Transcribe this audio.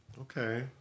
Okay